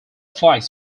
flags